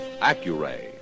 Accuray